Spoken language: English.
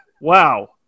wow